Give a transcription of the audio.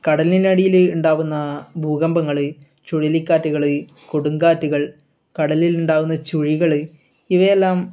കടലിനടിയിൽ ഉണ്ടാവുന്ന ഭൂകമ്പങ്ങൾ ചുഴലിക്കാറ്റുകൾ കൊടുങ്കാറ്റുകൾ കടലിൽ ഉണ്ടാവുന്ന ചുഴികൾ ഇവയെല്ലാം